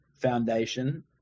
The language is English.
foundation